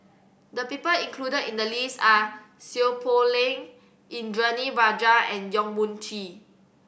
the people included in the list are Seow Poh Leng Indranee Rajah and Yong Mun Chee